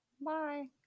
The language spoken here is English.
Bye